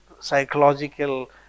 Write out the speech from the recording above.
psychological